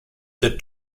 the